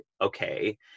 okay